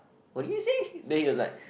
what did you say then he was like